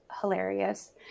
hilarious